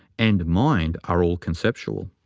and mind are all conceptual.